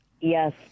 Yes